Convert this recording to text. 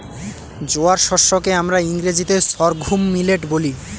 জোয়ার শস্য কে আমরা ইংরেজিতে সর্ঘুম মিলেট বলি